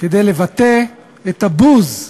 כדי לבטא את הבוז,